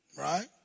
right